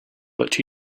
but